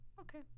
Okay